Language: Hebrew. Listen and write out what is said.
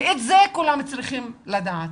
ואת זה כולם צריכים לדעת.